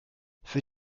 für